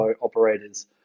operators